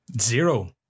zero